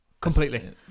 completely